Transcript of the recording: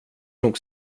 nog